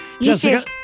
Jessica